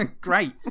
Great